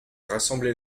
rassembler